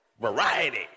Variety